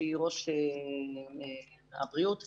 שהיא ראש בריאות הציבור,